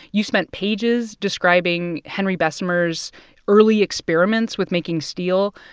you spent pages describing henry bessemer's early experiments with making steel.